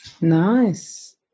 Nice